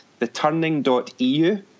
theturning.eu